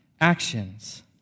actions